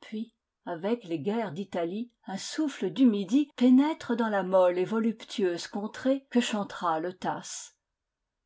puis avec les guerres d'italie un souffle du midi pénètre dans la molle et voluptueuse contrée que chantera le tasse